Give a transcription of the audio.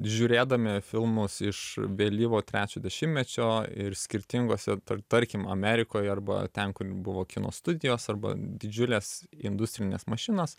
žiūrėdami filmus iš vėlyvo trečio dešimtmečio ir skirtingose tarkim amerikoj arba ten kur buvo kino studijos arba didžiulės industrinės mašinos